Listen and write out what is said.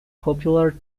popular